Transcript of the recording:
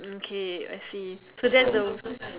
um K I see so that's the